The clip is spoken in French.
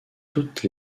toutes